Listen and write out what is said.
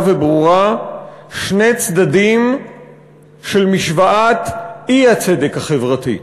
וברורה שני צדדים של משוואת האי-צדק החברתי.